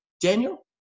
Daniel